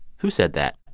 who said that?